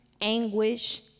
anguish